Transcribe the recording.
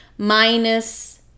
minus